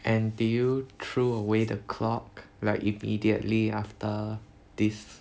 and did you threw away the clock like immediately after this